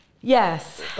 Yes